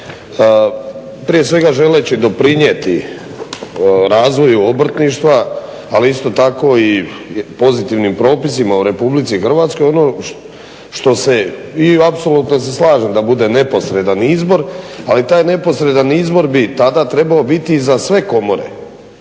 Prije svega želeći doprinijeti razvoju obrtništva, ali isto tako i pozitivnim propisima u RH ono što se i apsolutno se slažem da bude neposredan izbor, ali taj neposredan izbor bi tada trebao biti za sve komore